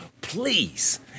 please